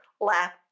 laugh